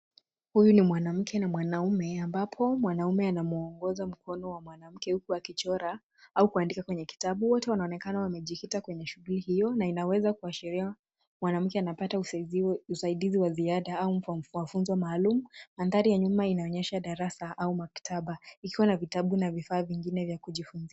Huyu ni mwanamke na mwanaume ambapo mwanaume anamuongoza mkono wa mwanamke huku akichora au kuandika kwenye kitabu. Wote wanaonekana wamejikita kwenye shughuli hiyo na inaweza kuashiria mwanamke anapata usaidizi wa ziada au wa mafunzo maalumu. Mandhari ya nyuma inaonyesha darasa au maktaba ikiwa na vitabu na vifaa vingine vya kujifunzia.